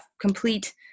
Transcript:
complete